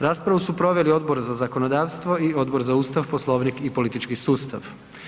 Raspravu su proveli Odbor za zakonodavstvo i Odbor za Ustav, Poslovnik i politički sustav.